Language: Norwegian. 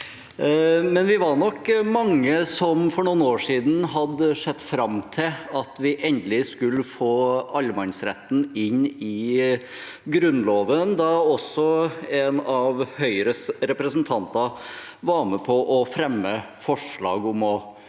men vi var nok mange som for noen år siden hadde sett fram til at vi endelig skulle få allemannsretten inn i Grunnloven da også en av Høyres representanter var med på å fremme forslag om å